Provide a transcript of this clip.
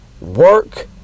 work